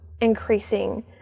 increasing